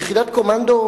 יחידת קומנדו,